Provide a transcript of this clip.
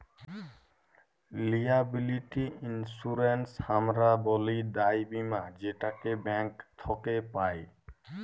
liability insurance হামরা ব্যলি দায় বীমা যেটাকে ব্যাঙ্ক থক্যে পাই